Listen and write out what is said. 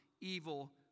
evil